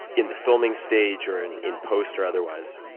in the filming stage or in in post or otherwise?